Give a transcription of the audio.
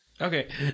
Okay